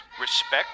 respect